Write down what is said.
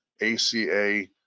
ACA